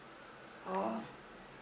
oh